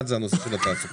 אחד זה הנושא של התעסוקה,